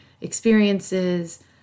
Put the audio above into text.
experiences